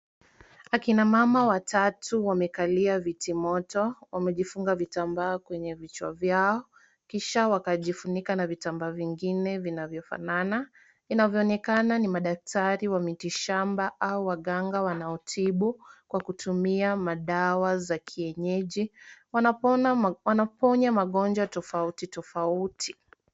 Akina mama watatu wamekalia viti moto wamejifunga vitambaa kwenye vichwa vyao kisha wakajifunika na vitambaa vingine vinavyofanana, vinavyoonekana ni madaktari wa mitishamba au waganga wanaotibu kwa kutumia madawa za kienyeji wanapoona wanaponya magonjwa tofauti tofauti